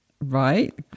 Right